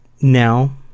Now